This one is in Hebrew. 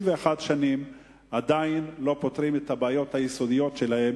במשך 61 שנים עדיין לא פותרים את הבעיות היסודיות שלה,